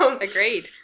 Agreed